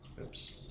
Oops